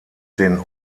den